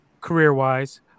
career-wise